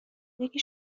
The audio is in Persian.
یکی